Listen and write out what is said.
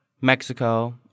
Mexico